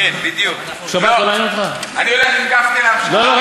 אני הולך עם גפני, לא,